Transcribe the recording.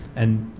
and